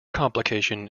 complication